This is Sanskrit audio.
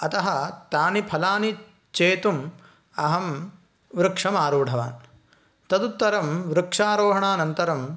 अतः तानि फलानि चेतुम् अहं वृक्षमारूढवान् तदुत्तरं वृक्षारोहणानन्तरं